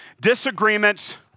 disagreements